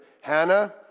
Hannah